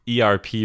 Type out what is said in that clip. erp